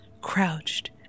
crouched